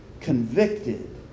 convicted